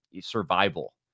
survival